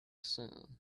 soon